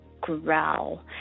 growl